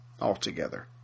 altogether